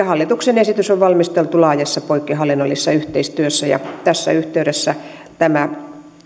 hallituksen esitys on valmisteltu laajassa poikkihallinnollisessa yhteistyössä ja tässä yhteydessä tämä